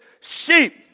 sheep